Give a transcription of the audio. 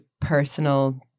personal